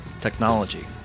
technology